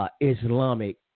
Islamic